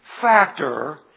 factor